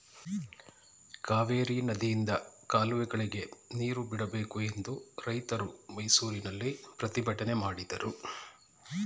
ಕಾವೇರಿ ನದಿಯಿಂದ ಕಾಲುವೆಗಳಿಗೆ ನೀರು ಬಿಡಬೇಕು ಎಂದು ರೈತರು ಮೈಸೂರಿನಲ್ಲಿ ಪ್ರತಿಭಟನೆ ಮಾಡಿದರು